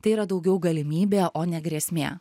tai yra daugiau galimybė o ne grėsmė